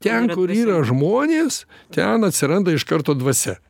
ten kur yra žmonės ten atsiranda iš karto dvasia